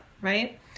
right